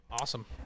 awesome